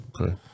Okay